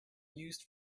used